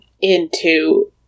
into-